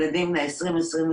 ילדים בני 20-23,